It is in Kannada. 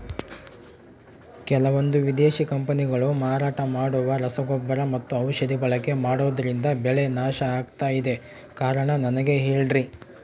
ಕೆಲವಂದು ವಿದೇಶಿ ಕಂಪನಿಗಳು ಮಾರಾಟ ಮಾಡುವ ರಸಗೊಬ್ಬರ ಮತ್ತು ಔಷಧಿ ಬಳಕೆ ಮಾಡೋದ್ರಿಂದ ಬೆಳೆ ನಾಶ ಆಗ್ತಾಇದೆ? ಕಾರಣ ನನಗೆ ಹೇಳ್ರಿ?